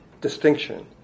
distinction